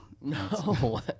No